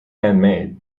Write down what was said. handmade